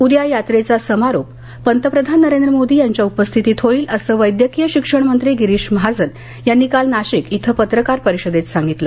उद्या यात्रेचा समारोप पंतप्रधान नरेंद्र मोदी यांच्या उपस्थितीत होईल असं वैद्यकिय शिक्षणमंत्री गिरिश महाजन यांनी काल नाशिकमध्ये पत्रकार परिषदेत सांगितलं